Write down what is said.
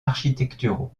architecturaux